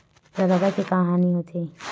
प्रदाता के का हानि हो थे?